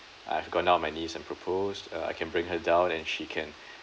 I've gone down on my knees and propose uh I can bring her down and she can